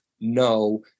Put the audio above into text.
no